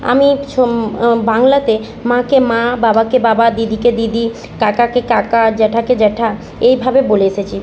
আমি বাংলাতে মাকে মা বাবাকে বাবা দিদিকে দিদি কাকাকে কাকা জেঠাকে জেঠা এইভাবে বলে এসেছি